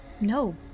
No